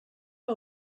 que